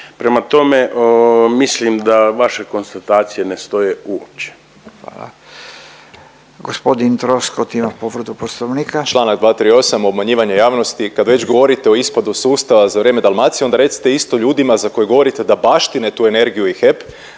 Prema tome, mislim da vaše konstatacije ne stoje uopće. **Radin, Furio (Nezavisni)** Hvala. Gospodin Troskot ima povredu Poslovnika. **Troskot, Zvonimir (MOST)** Članak 238., obmanjivanje javnosti. Kad već govorite o ispadu sustava za vrijeme Dalmacije onda recite isto ljudima za koje govorite da baštine tu energiju i HEP